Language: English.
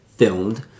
filmed